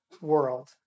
world